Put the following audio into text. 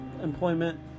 employment